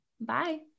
Bye